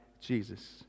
Jesus